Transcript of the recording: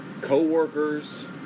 co-workers